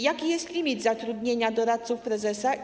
Jaki jest limit zatrudnienia doradców prezesa?